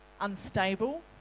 unstable